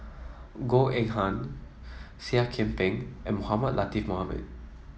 Goh Eng Han Seah Kian Peng and Mohamed Latiff Mohamed